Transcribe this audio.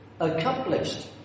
accomplished